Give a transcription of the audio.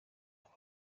aba